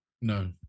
No